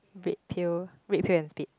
red pail red pail and spade